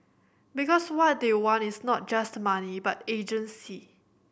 because what they want is not just money but agency